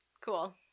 Cool